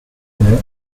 there